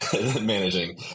managing